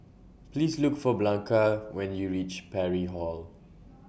Please Look For Blanca when YOU REACH Parry Hall